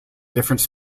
different